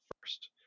first